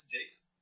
Jason